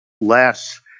less